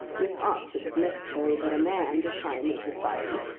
with us it is necessary that a man, to shine in society,